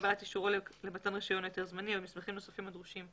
לקבלת אישורו למתן רישיון או היתר זמני או מסמכים נוספים הדרושים,